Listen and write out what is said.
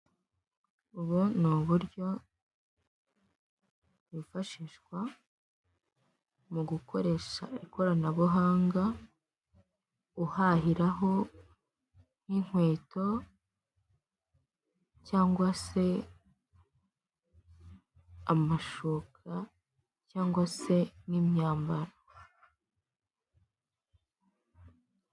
Ubu ni uburyo bifashishwa mu gukoresha ikoranabuhanga uhahiraho n'inkweto cyangwa se amashuka cyangwa se n'imyambaro.